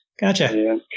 Gotcha